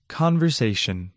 conversation